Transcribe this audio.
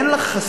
אין לה חסינות,